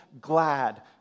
glad